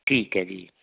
ਠੀਕ ਹੈ ਜੀ